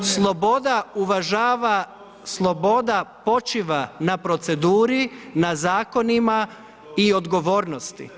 Sloboda uvažava, sloboda počiva na proceduri, na zakonima i odgovornosti.